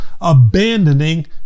abandoning